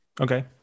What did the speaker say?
Okay